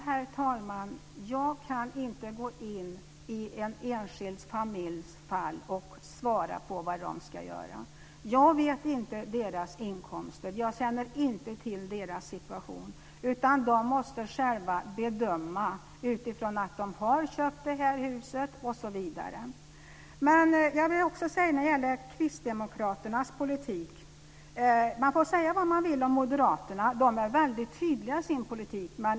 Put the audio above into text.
Herr talman! Jag kan inte gå in i fallet med en enskild familj och svara på vad den ska göra. Jag känner inte till deras inkomster och deras situation, utan de måste själva göra en bedömning utifrån husköpet osv. Man får säga vad man vill om Moderaterna, men de är väldigt tydliga i sin politik.